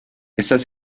estas